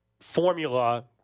formula